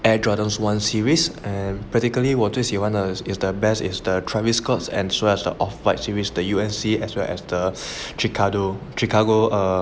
air jordan one series and particularly 我最喜欢的 is the best is the travis scott and so as the off white series the unc as well as the chicago chicago um